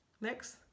Next